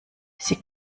sie